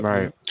Right